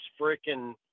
freaking